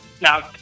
Now